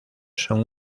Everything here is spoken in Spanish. son